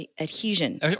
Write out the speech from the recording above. adhesion